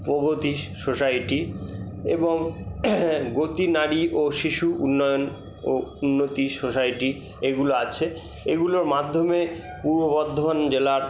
প্রগতি society এবং গতি নারী ও শিশু উন্নয়ন ও উন্নতি সোসাইটি এগুলো আছে এগুলোর মাধ্যমে পূর্ব বর্ধমান জেলার